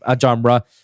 genre